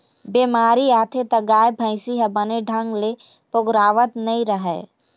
बेमारी आथे त गाय, भइसी ह बने ढंग ले पोगरावत नइ रहय